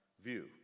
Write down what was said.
view